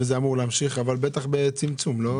וזה אמור להמשיך אבל בטח בצמצום, לא?